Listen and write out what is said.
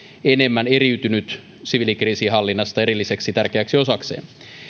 enemmän eriytynyt siviilikriisinhallinnasta erilliseksi tärkeäksi osakseen